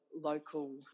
local